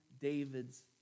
David's